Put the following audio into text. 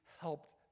helped